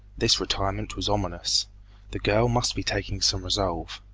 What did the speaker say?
this retirement was ominous the girl must be taking some resolve.